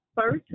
First